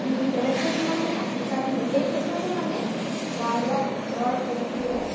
বেলেগ বেলেগ ধৰণৰ যদি সাজ পোছাক পিন্ধে সেই ক্ষেত্ৰতো মানে গাঁৱলীয়া সমাজৰ ব্যক্তিয়ে